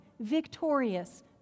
victorious